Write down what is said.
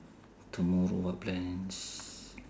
tomorrow what plans